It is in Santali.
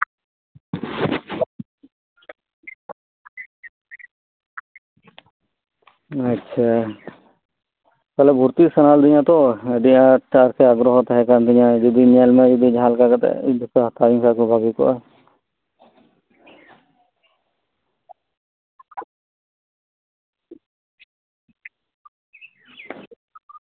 ᱟᱪᱪᱷᱟ ᱟᱫᱚ ᱵᱷᱩᱨᱛᱤᱜ ᱥᱟᱱᱟ ᱞᱤᱫᱤᱧᱟᱛᱚ ᱟᱹᱰᱤ ᱟᱸᱴ ᱟᱜᱜᱨᱚᱦᱚ ᱛᱟᱦᱮᱸ ᱠᱟᱱᱛᱤᱧᱟᱹ ᱧᱮᱞ ᱢᱮ ᱡᱩᱫᱤ ᱡᱟᱦᱟᱸᱞᱮᱠᱟ ᱠᱟᱛᱮ ᱯᱮ ᱦᱟᱛᱟᱣᱤᱧ ᱠᱷᱟᱱ ᱟᱹᱰᱤ ᱵᱷᱟᱜᱮ ᱠᱚᱜᱼᱟ